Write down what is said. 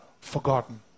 Forgotten